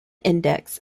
index